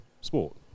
sport